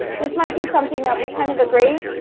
this might be something that we kind of agree.